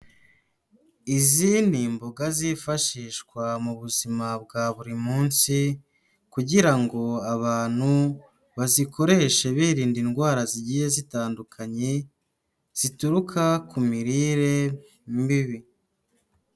Izi ni imboga zifashishwa mu buzima bwa buri munsi kugira ngo abantu bazikoreshe birinda indwara zigiye zitandukanye, zituruka ku mirire mibi.